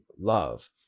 love